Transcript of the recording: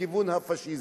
לכיוון הפאשיזם,